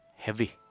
Heavy